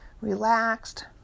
relaxed